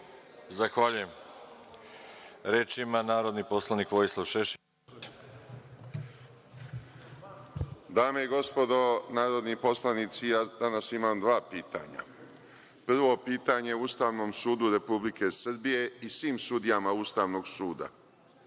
Zahvaljujem. Reč ima narodni poslanik Vojislav Šešelj. **Vojislav Šešelj** Dame i gospodo narodni poslanici, ja danas imam dva pitanja. Prvo pitanje Ustavnom sudu Republike Srbije i svim sudijama Ustavnog suda.